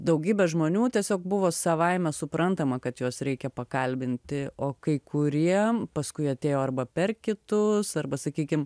daugybė žmonių tiesiog buvo savaime suprantama kad juos reikia pakalbinti o kai kurie paskui atėjo arba per kitus arba sakykim